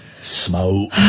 smoke